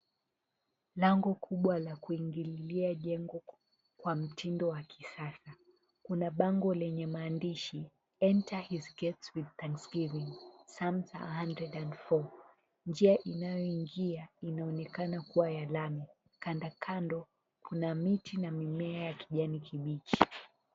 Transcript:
Lango kubwa la kuingililia jengo kwa mtindo wa kisasa, kuna bango lenye maandishi, Enter his gate with Thanksgiving, Psalms:104". Njia inayoingia inaonekana kuwa ya lami, kandokando kuna miti na mimea ya kijani kibichi.